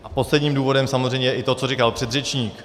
A posledním důvodem je samozřejmě i to, co říkal předřečník.